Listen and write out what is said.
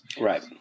Right